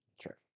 Sure